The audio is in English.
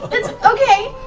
okay!